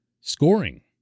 scoring